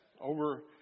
over